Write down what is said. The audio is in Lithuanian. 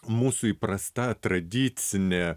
mūsų įprasta tradicinė